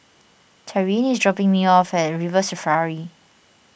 Tyrin is dropping me off at River Safari